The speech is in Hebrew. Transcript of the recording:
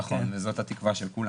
נכון, וזו התקווה של כולם.